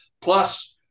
plus